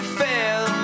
fail